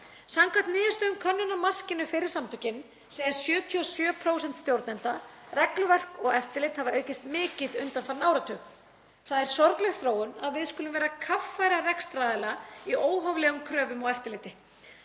Samkvæmt niðurstöðum könnunar Maskínu fyrir samtökin segja 77% stjórnenda regluverk og eftirlit hafa aukist mikið undanfarinn áratug. Það er sorgleg þróun að við skulum vera að kaffæra rekstraraðila í óhóflegum kröfum og eftirliti.